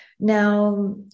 Now